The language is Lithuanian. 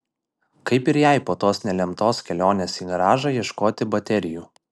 kaip ir jai po tos nelemtos kelionės į garažą ieškoti baterijų